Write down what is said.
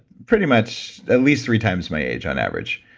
pretty much at least three times my age on average.